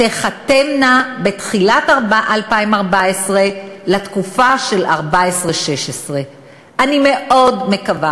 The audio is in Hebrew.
תיחתמנה בתחילת 2014 לתקופה של 2014 2016. אני מאוד מקווה